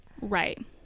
right